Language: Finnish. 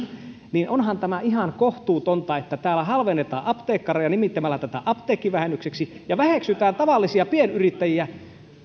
joten onhan tämä ihan kohtuutonta että täällä halvennetaan apteekkareita nimittämällä tätä apteekkivähennykseksi ja väheksytään tavallisia pienyrittäjiä